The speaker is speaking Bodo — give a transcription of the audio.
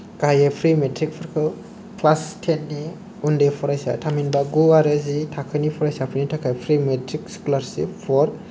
गाहायै प्रि मेट्रिकफोरखौ क्लास टेननि उन्दै फरायसा थामहिनबा गु आरो जि थाखोनि फरायसाफोरनि थाखाय प्रि मेट्रिक स्कलारशिप फर